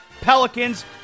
Pelicans